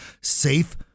safe